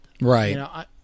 Right